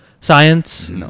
science